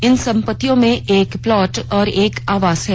इन संपत्तियों में एक प्लॉट और एक आवास है